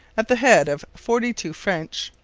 at the head of forty-two french,